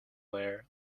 were